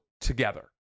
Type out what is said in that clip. together